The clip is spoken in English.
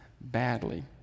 badly